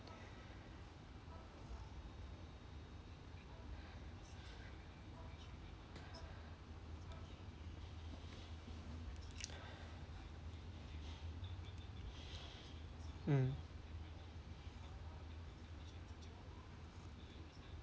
mm